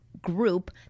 group